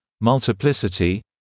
multiplicity